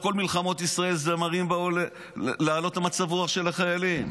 לאורך כל מלחמות ישראל זמרים באו להעלות את מצב הרוח של החיילים.